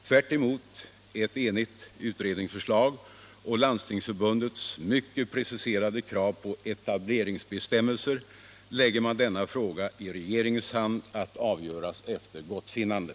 Tvärtemot ett enigt utredningsförslag och Landstingsförbundets mycket preciserade krav på etableringsbestämmelser lägger man denna fråga i regeringens hand att avgöras efter gottfinnande.